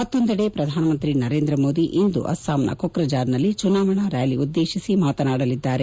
ಮತ್ತೊಂದೆಡೆ ಪ್ರಧಾನಮಂತ್ರಿ ನರೇಂದ್ರ ಮೋದಿ ಇಂದು ಅಸ್ಪಾಂನ ಕೊಕ್ರಜಾರ್ನಲ್ಲಿ ಚುನಾವಣಾ ರ್ಯಾಲಿ ಉದ್ದೇಶಿಸಿ ಮಾತನಾಡಲಿದ್ದಾರೆ